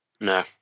No